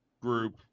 group